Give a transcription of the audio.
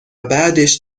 بعدش